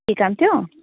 केही काम थियो